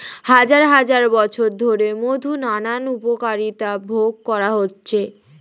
হাজার হাজার বছর ধরে মধুর নানান উপকারিতা ভোগ করা হচ্ছে